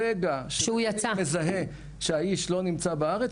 ברגע שהוא מזהה שהאיש לא נמצא בארץ,